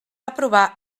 aprovar